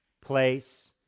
place